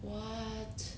what